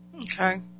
Okay